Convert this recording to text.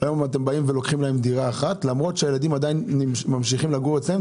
ואתם באים ולוקחים להם דירה אחת למרות שהילדים עדיין ממשיכים לגור אצלם.